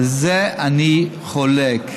על זה אני חולק.